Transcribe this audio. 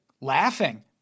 laughing